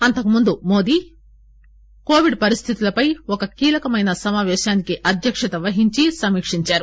అంతకుముందు మోదీ కోవిడ్ పరిస్దితులపై ఒక కీలకమైన సమాపేశానికి అధ్యక్షత వహించి సమీక్షించారు